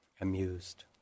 amused